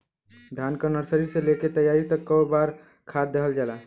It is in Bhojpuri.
धान के नर्सरी से लेके तैयारी तक कौ बार खाद दहल जाला?